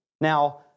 Now